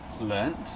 learnt